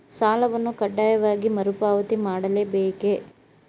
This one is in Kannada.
ಸಾಲವನ್ನು ಕಡ್ಡಾಯವಾಗಿ ಮರುಪಾವತಿ ಮಾಡಲೇ ಬೇಕೇ?